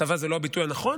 הטבה היא לא הביטוי הנכון,